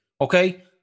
Okay